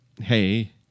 Hey